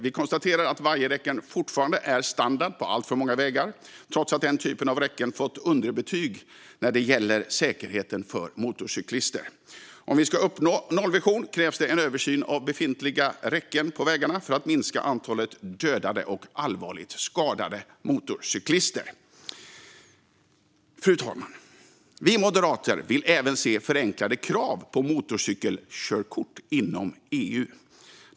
Vi konstaterar att vajerräcken fortfarande är standard på alltför många vägar trots att den typen av räcken fått underbetyg när det gäller säkerheten för motorcyklister. Om vi ska nå nollvisionen krävs det en översyn av befintliga räcken på vägarna för att minska antalet dödade och allvarligt skadade motorcyklister. Fru talman! Vi moderater vill även se förenklade krav för motorcykelkörkort inom EU.